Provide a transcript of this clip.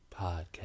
Podcast